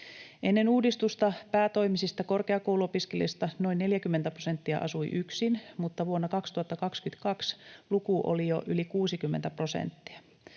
Ennen uudistusta päätoimisista korkeakouluopiskelijoista noin 40 prosenttia asui yksin, mutta vuonna 2022 luku oli jo yli 60 prosenttia.